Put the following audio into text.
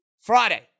Friday